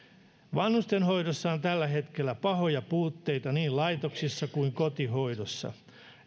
vanhustenhoidossa on tällä hetkellä pahoja puutteita niin laitoksissa kuin kotihoidossa